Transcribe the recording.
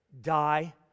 die